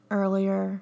earlier